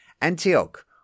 Antioch